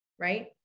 Right